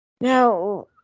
Now